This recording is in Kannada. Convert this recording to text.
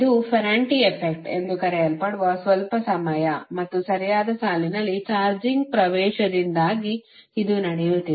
ಇದು ಫೆರಾಂಟಿ ಎಫೆಕ್ಟ್ ಎಂದು ಕರೆಯಲ್ಪಡುವ ಸ್ವಲ್ಪ ಸಮಯ ಮತ್ತು ಸರಿಯಾದ ಸಾಲಿನಲ್ಲಿ ಚಾರ್ಜಿಂಗ್ ಪ್ರವೇಶದಿಂದಾಗಿ ಇದು ನಡೆಯುತ್ತಿದೆ